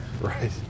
Right